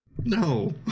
no